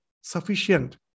sufficient